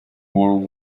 world